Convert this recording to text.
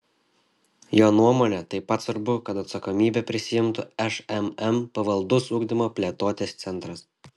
jo nuomone taip pat svarbu kad atsakomybę prisiimtų šmm pavaldus ugdymo plėtotės centras